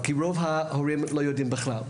כי רוב ההורים לא יודעים בכלל.